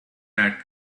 that